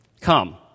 come